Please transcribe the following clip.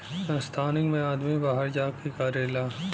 संस्थानिक मे आदमी बाहर जा के करेला